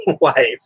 life